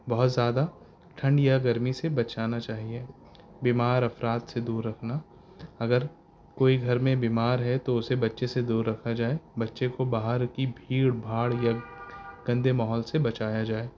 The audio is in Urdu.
بہت زیادہ ٹھنڈ یا گرمی سے بچانا چاہیے بیمار افراد سے دور رکھنا اگر کوئی گھر میں بیمار ہے تو اسے بچے سے دور رکھا جائے بچے کو باہر کی بھیڑ بھاڑ یا گندے ماحول سے بچایا جائے